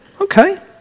Okay